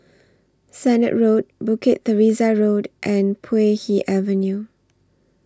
Sennett Road Bukit Teresa Road and Puay Hee Avenue